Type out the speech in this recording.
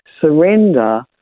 surrender